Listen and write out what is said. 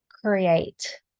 create